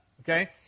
okay